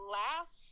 last